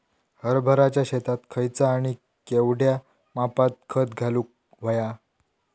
हरभराच्या शेतात खयचा आणि केवढया मापात खत घालुक व्हया?